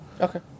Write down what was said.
Okay